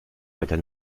weiter